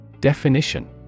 Definition